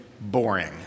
boring